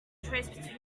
choice